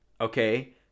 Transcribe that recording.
Okay